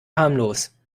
harmlos